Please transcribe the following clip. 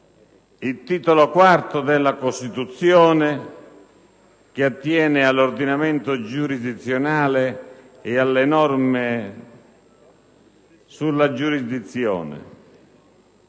il Titolo IV della Costituzione, che attiene all'ordinamento giurisdizionale e alle norme sulla giurisdizione.